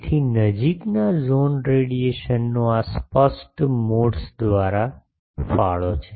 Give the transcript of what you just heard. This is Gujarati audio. તેથી નજીકના ઝોન રેડિયેશનનું આ સ્પષ્ટ મોડ્સ દ્વારા ફાળો છે